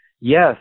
Yes